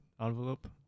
envelope